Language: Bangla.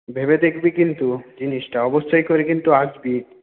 ভেবে দেখবি কিন্তু জিনিসটা অবশ্যই করে কিন্তু আসবি